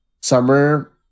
summer